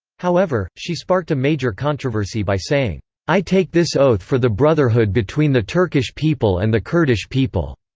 however, she sparked a major controversy by saying i take this oath for the brotherhood between the turkish people and the kurdish people,